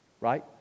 Right